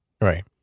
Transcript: Right